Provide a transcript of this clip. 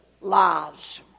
lives